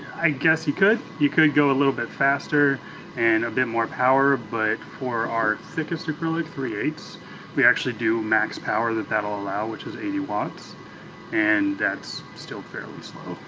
i guess you could. you could go a little bit faster and a bit more power but for our thickest acrylic, three we actually do max power that that'll allow which is eighty watts and that's still fairly slow.